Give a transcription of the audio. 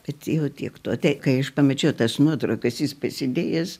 bet tiek to tai kai aš pamačiau tas nuotraukas jis pasidėjęs